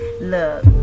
Look